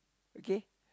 okay